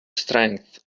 strength